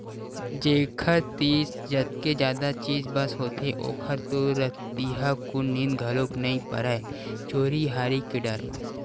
जेखर तीर जतके जादा चीज बस होथे ओखर तो रतिहाकुन नींद घलोक नइ परय चोरी हारी के डर म